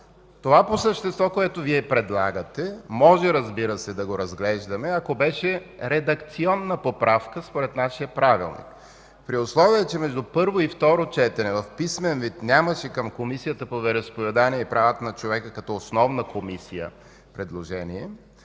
Това по същество, което Вие предлагате, може, разбира се, да го разглеждаме, ако беше редакционна поправка според нашия Правилник. При условие че между първо и второ четене в писмен вид нямаше предложение към Комисията по вероизповеданията и правата на човека като основна Комисия, при условие